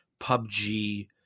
PUBG